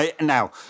Now